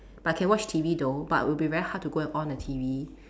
but I can watch T_V though but it will be very hard to go and on the T_V